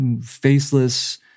faceless